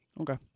Okay